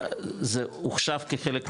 זה הוחשב כחלק מההכנסות,